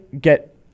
get